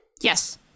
Yes